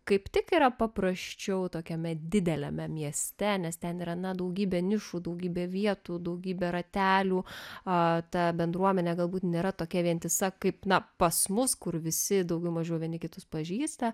kaip tik yra paprasčiau tokiame dideliame mieste nes ten yra daugybė nišų daugybė vietų daugybė ratelių a ta bendruomenė galbūt nėra tokia vientisa kaip na pas mus kur visi daugiau mažiau vieni kitus pažįsta